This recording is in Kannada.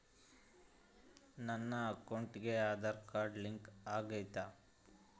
ನನ್ನ ಅಕೌಂಟಿಗೆ ಆಧಾರ್ ಲಿಂಕ್ ಆಗೈತಾ?